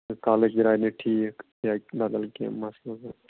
یا کَلٕچ درٛاے نہٕ ٹھیٖک یا بدل کیٚنہہ مَسلہٕ گوٚو